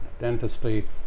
dentistry